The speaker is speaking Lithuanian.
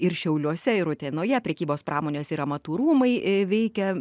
ir šiauliuose ir utenoje prekybos pramonės ir amatų rūmai veikia